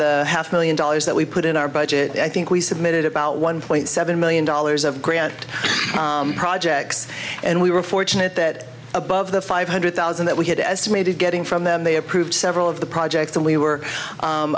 the half million dollars that we put in our budget i think we submitted about one point seven million dollars of grant projects and we were fortunate that above the five hundred thousand that we had estimated getting from them they approved several of the projects that we were